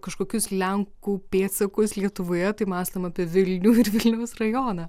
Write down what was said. kažkokius lenkų pėdsakus lietuvoje tai mąstom apie vilnių ir vilniaus rajoną